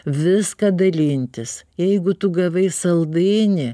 viską dalintis jeigu tu gavai saldainį